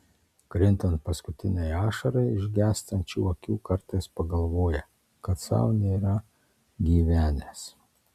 krintant paskutinei ašarai iš gęstančių akių kartais pagalvoja kad sau nėra gyvenęs